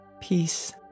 peace